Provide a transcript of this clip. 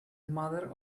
mother